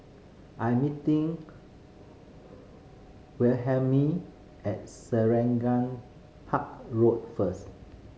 I am meeting Wilhelmine at Selarang Park Road first